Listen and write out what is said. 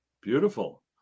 Beautiful